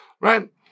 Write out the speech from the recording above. Right